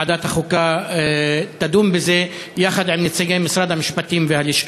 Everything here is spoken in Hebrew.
ועדת החוקה תדון בזה יחד עם נציגי משרד המשפטים והלשכה.